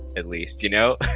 at least you know